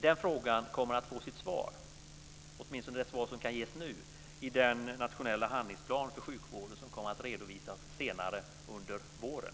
Den frågan kommer att få sitt svar - åtminstone det svar som kan ges nu - i den nationella handlingsplan för sjukvården som kommer att redovisas senare under våren.